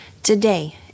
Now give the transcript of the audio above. Today